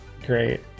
great